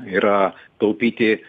yra taupyti